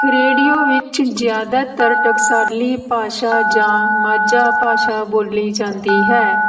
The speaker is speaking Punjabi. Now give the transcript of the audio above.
ਰੇਡੀਓ ਵਿੱਚ ਜ਼ਿਆਦਾਤਰ ਟਕਸਾਲੀ ਭਾਸ਼ਾ ਜਾਂ ਮਾਝੀ ਭਾਸ਼ਾ ਬੋਲੀ ਜਾਂਦੀ ਹੈ